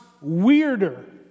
weirder